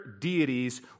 deities